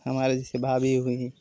हमारी जैसे भाभी हुईं